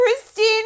Christine